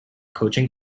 coaching